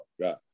God